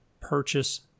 purchase